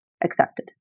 accepted